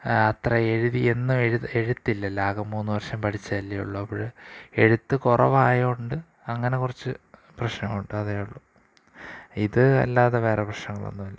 അത്ര എഴുതി എന്നും എഴു എഴുത്തില്ലല്ലോ ആകെ മൂന്ന് വർഷം പഠിച്ചതല്ലേ ഉള്ളൂ അപ്പോൾ എഴുത്ത് കുറവായതുകൊണ്ട് അങ്ങനെ കുറച്ച് പ്രശ്നമുണ്ട് അതേ ഉള്ളൂ ഇത് അല്ലാതെ വേറെ പ്രശ്നങ്ങളൊന്നുമില്ല